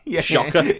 Shocker